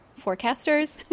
forecasters